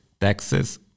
taxes